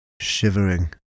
shivering